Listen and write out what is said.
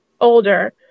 older